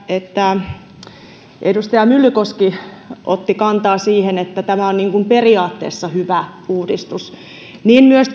että edustaja myllykoski otti kantaa siihen että tämä on niin kuin periaatteessa hyvä uudistus myös